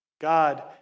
God